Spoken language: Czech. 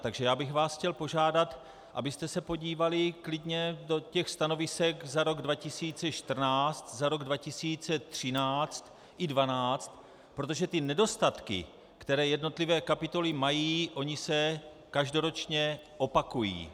Takže bych vás chtěl požádat, abyste se podívali klidně do stanovisek za rok 2014, za rok 2013 i 2012, protože nedostatky, které jednotlivé kapitoly mají, se každoročně opakují.